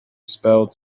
spelled